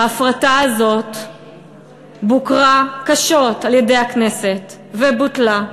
ההפרטה הזאת בוקרה קשות על-ידי הכנסת ובוטלה,